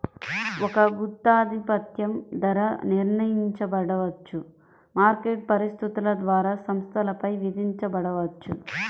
ఒక గుత్తాధిపత్యం ధర నిర్ణయించబడవచ్చు, మార్కెట్ పరిస్థితుల ద్వారా సంస్థపై విధించబడవచ్చు